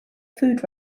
food